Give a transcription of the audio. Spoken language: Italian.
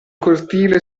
cortile